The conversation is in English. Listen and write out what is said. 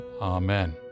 Amen